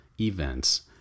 events